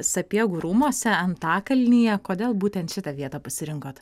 sapiegų rūmuose antakalnyje kodėl būtent šitą vietą pasirinkot